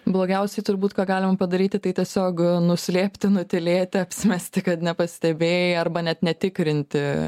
blogiausiai turbūt ką galim padaryti tai tiesiog nuslėpti nutylėti apsimesti kad nepastebėjai arba net netikrinti